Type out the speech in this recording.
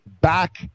back